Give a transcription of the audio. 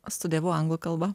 studijavau anglų kalba